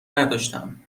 نداشتم